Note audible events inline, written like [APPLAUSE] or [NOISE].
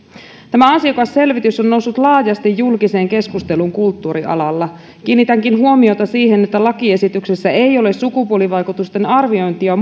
tämä asiakasselvitys on noussut laajasti julkiseen keskusteluun kulttuurialalla kiinnitänkin huomiota siihen että lakiesityksessä ei ole mukana sukupuolivaikutusten arviointia [UNINTELLIGIBLE]